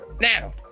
now